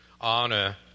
honor